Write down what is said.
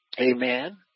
Amen